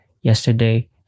yesterday